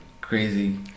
crazy